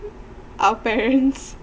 our parents